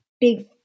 big